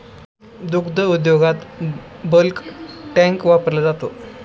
दुग्ध उद्योगात bulk tank वापरला जातो